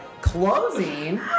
Closing